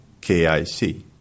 KIC